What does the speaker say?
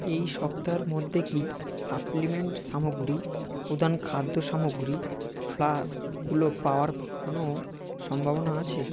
এই সপ্তাহের মধ্যে কি সাপ্লিমেন্ট সামগ্রী প্রদান খাদ্য সামগ্রী ফ্লাস্কগুলো পাওয়ার কোনও সম্ভাবনা আছে